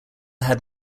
had